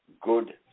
good